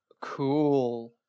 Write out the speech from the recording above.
Cool